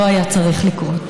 לא היה צריך לקרות.